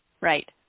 Right